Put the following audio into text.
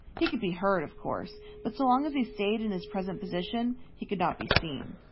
he could be heard, of course, but so long as he stayed in his present position he could not be seen.